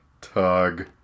Tug